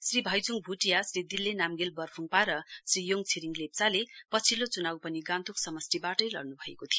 श्री भाइच्ङ भ्टिया श्री दिले नाम्गेल बर्फुङपा र श्री योङ छिरिङ लेप्चाले पछिल्लो चुनाउ पनि गान्तोक समष्टिबाटै लङ्नुभएको थियो